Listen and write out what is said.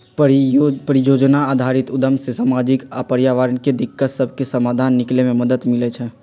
परिजोजना आधारित उद्यम से सामाजिक आऽ पर्यावरणीय दिक्कत सभके समाधान निकले में मदद मिलइ छइ